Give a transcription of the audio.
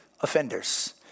offenders